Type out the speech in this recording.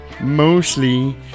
Mostly